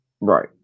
right